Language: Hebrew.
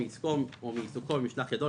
מעסקו או מעיסוקו במשלח ידו,